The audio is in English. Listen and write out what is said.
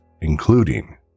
including